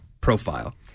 profile